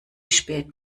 spät